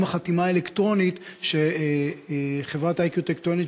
גם החתימה האלקטרונית שחברת "איקיוטק" טוענת